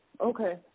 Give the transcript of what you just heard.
Okay